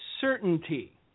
certainty